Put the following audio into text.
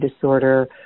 disorder